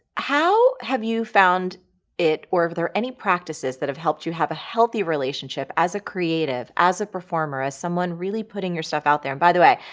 how have you found it, or if there are any practices that have helped you have a healthy relationship as a creative, as a performer, as someone really putting yourself out there. and by the way,